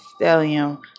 stellium